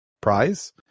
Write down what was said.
prize